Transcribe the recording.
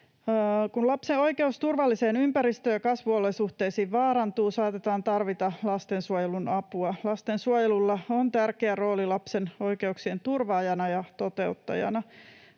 Kun lapsen oikeus turvalliseen ympäristöön ja kasvuolosuhteisiin vaarantuu, saatetaan tarvita lastensuojelun apua. Lastensuojelulla on tärkeä rooli lapsen oikeuksien turvaajana ja toteuttajana.